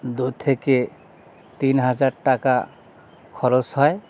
দু থেকে তিন হাজার টাকা খরচ হয়